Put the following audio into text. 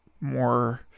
more